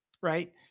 right